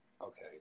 Okay